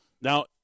Now